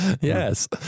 Yes